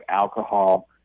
alcohol